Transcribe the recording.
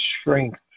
strength